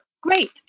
Great